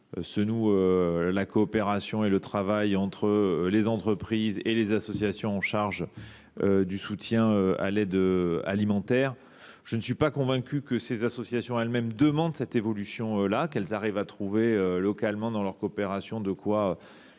se nouent la coopération et le travail entre les entreprises et les associations responsables du soutien à l’aide alimentaire. Je ne suis pas convaincu que ces associations elles mêmes demandent une telle évolution. Il semble qu’elles parviennent à trouver, localement, dans leur coopération, de quoi